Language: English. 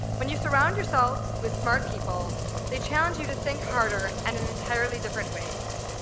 when you surround yourself with smart people they challenge you to think harder and in entirely different ways.